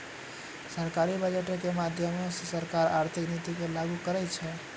सरकारी बजटो के माध्यमो से सरकार आर्थिक नीति के लागू करै छै